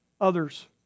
others